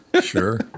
sure